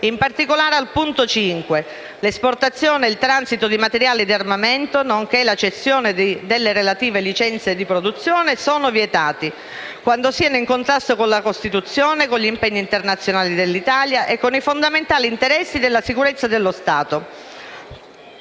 1990, che al punto 5, recita: «l'esportazione ed il transito di materiali di armamento, nonché la cessione delle relative licenze di produzione, sono vietati quando siano in contrasto con la Costituzione, con gli impegni internazionali dell'Italia e con i fondamentali interessi della sicurezza dello Stato».